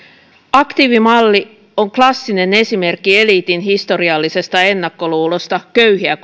aktiivimalli on klassinen esimerkki eliitin historiallisesta ennakkoluulosta köyhiä